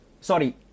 Sorry